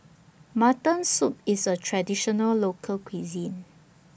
Mutton Soup IS A Traditional Local Cuisine